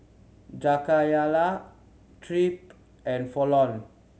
Jakayla Tripp and Fallon